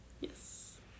Yes